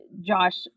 Josh